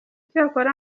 cyakora